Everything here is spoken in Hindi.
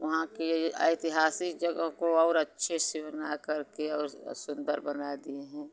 वहाँ के ऐतिहासिक जगह को और अच्छे से बनाकर के और सुंदर बना दिए हैं